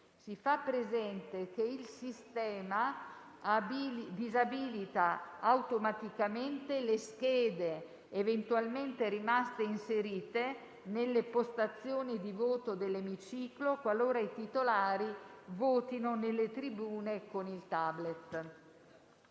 Si fa presente che il sistema disabilita automaticamente le schede eventualmente rimaste inserite nelle postazioni di voto dell'emiciclo qualora i titolari votino nelle tribune con il *tablet.*